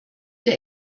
der